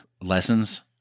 lessons